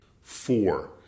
Four